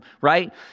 Right